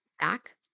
back